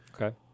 Okay